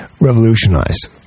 revolutionized